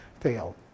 fail